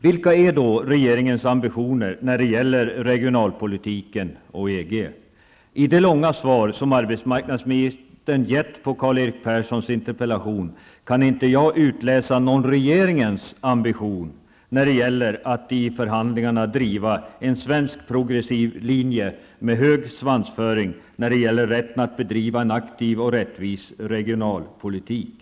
Vilka är då regeringens ambitioner när det gäller regionalpolitiken och EG? I det långa svar som arbetsmarknadsministern har gett på Karl-Erik Perssons interpellation kan jag inte utläsa någon regeringens ambition när det gäller att i förhandlingarna driva en svensk progressiv linje med hög svansföring och hävda vår rätt att bedriva en aktiv och rättvis regionalpolitik.